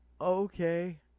Okay